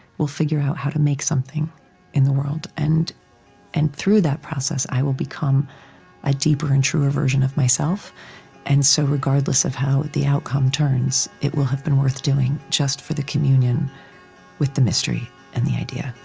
will figure out how to make something in the world. and and through that process, i will become a deeper and truer version of myself and so, regardless of how the outcome turns, it will have been worth doing just for the communion with the mystery and the idea.